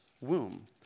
womb